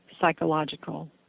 psychological